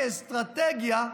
כאסטרטגיה,